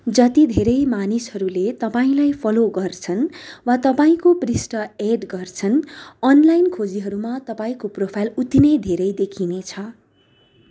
जति धेरै मानिसहरूले तपाईँँलाई फलो गर्छन् वा तपाईँँको पृष्ठ एड गर्छन् अनलाइन खोजीहरूमा तपाईँँको प्रोफाइल उति नै धेरै देखिनेछ